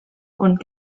und